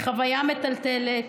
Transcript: היא חוויה מטלטלת,